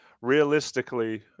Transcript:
realistically